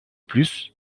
plus